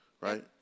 right